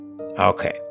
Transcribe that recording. Okay